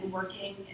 working